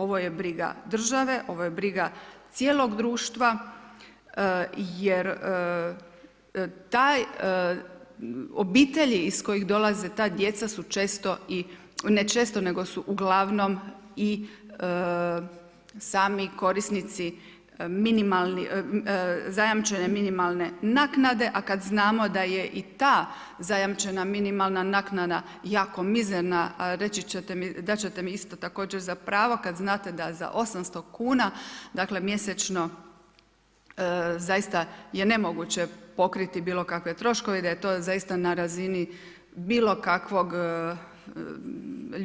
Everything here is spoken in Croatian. Ovo je briga države, ovo je briga cijelog društva jer obitelji iz kojih dolaze ta djeca su često, ne često nego su uglavnom i sami korisnici zajamčene minimalne naknade, a kada znamo da je i ta zajamčena minimalna naknada jako mizerna, dat ćete mi isto također za pravo kada znate da za 800 kuna mjesečno zaista je nemoguće pokriti bilo kakve troškove i da je to zaista na razini bilo kakvog